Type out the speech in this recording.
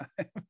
time